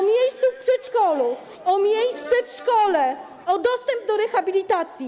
O miejsce w przedszkolu, o miejsce w szkole, o dostęp do rehabilitacji.